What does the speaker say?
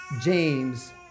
James